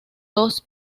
dos